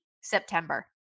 September